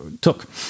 took